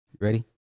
Ready